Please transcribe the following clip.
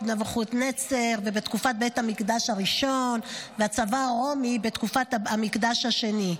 נבוכדנצר בתקופת בית המקדש הראשון והצבא הרומי בתקופת המקדש השני.